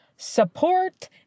support